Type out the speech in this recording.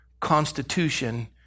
constitution